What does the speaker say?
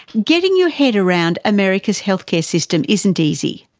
getting your head around america's healthcare system isn't easy,